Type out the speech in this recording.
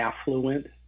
affluent